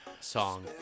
Song